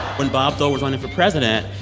when bob dole was running for president,